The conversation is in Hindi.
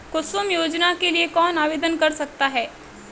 कुसुम योजना के लिए कौन आवेदन कर सकता है?